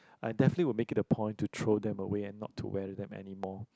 I definitely will make it a point to throw them away and not to wear them anymore